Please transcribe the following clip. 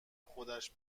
خودش